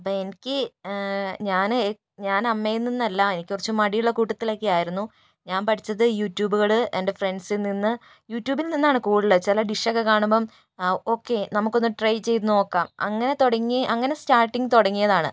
അപ്പോൾ എനിക്ക് ഞാൻ ഞാൻ അമ്മയിൽ നിന്നല്ല എനിക്ക് കുറച്ചു മടിയുള്ള കൂട്ടത്തിലൊക്കെയായിരുന്നു ഞാൻ പഠിച്ചത് യൂട്യൂബുകൾ എന്റെ ഫ്രണ്ട്സിൽ നിന്ന് യൂട്യൂബിൽ നിന്നാണ് കൂടുതൽ ചില ഡിഷൊക്കെ കാണുമ്പോൾ ഒക്കെ നമുക്കൊന്ന് ട്രൈ ചെയ്ത് നോക്കാം അങ്ങനെ തുടങ്ങി അങ്ങനെ സ്റ്റാർട്ടിങ്ങ് തുടങ്ങിയതാണ്